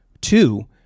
two